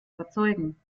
überzeugen